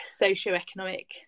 socioeconomic